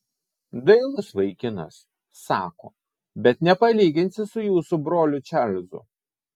dailus vaikinas sako bet nepalyginsi su jūsų broliu čarlzu